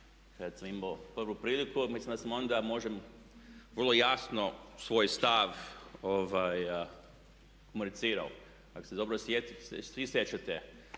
kad sam imao prvu priliku, mislim da sam onda izložio vrlo jasno svoj stav i komunicirao. Ako se dobro svi sjećate